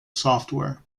software